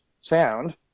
sound